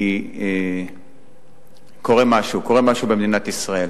כי קורה משהו, קורה משהו במדינת ישראל.